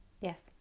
Yes